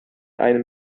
einem